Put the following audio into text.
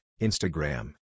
Instagram